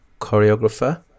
choreographer